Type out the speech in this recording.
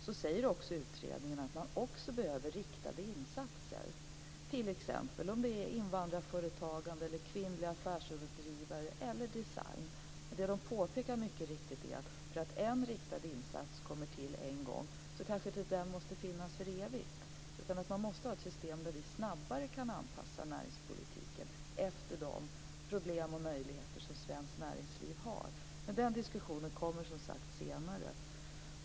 Men utredningen säger att det också behövs riktade insatser, t.ex. när det gäller invandrarföretagande, kvinnliga affärsidkare eller design. Det som mycket riktigt påpekas är att bara för att en riktad insats kommer till måste den kanske inte finnas för evigt. Det behövs ett system där vi snabbare kan anpassa näringspolitiken efter de problem och möjligheter som svenskt näringsliv har men den diskussionen kommer, som sagt, senare.